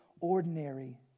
ordinary